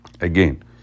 Again